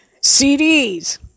CDs